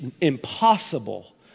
impossible